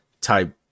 type